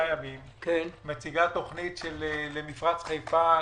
ימים מציגה תוכנית למפרץ חיפה גרנדיוזית,